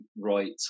right